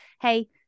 Hey